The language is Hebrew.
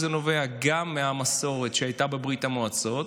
זה נובע גם מהמסורת שהייתה בברית המועצות,